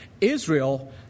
Israel